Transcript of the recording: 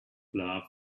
love